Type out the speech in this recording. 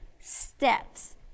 steps